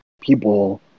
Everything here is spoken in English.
people